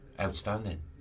Outstanding